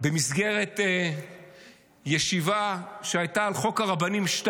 במסגרת ישיבה שהייתה על חוק הרבנים 2,